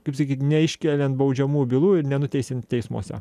kaip sakyt neiškeliant baudžiamųjų bylų ir nenuteisime teismuose